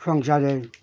সংসারের